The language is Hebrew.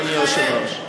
אדוני היושב-ראש.